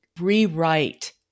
rewrite